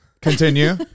Continue